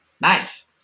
Nice